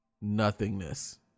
nothingness